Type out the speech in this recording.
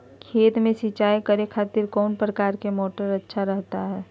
खेत में सिंचाई करे खातिर कौन प्रकार के मोटर अच्छा रहता हय?